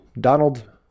Donald